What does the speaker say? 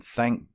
thank